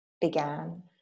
began